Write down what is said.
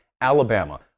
Alabama